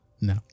No